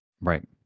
Right